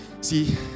See